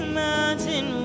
mountain